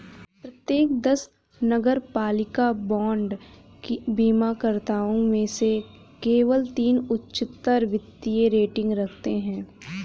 प्रत्येक दस नगरपालिका बांड बीमाकर्ताओं में से केवल तीन उच्चतर वित्तीय रेटिंग रखते हैं